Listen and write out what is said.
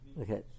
Okay